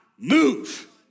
move